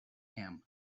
him